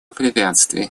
препятствия